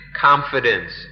confidence